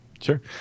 Sure